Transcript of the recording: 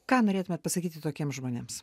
ką norėtumėt pasakyti tokiems žmonėms